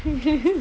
okay